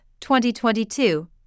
2022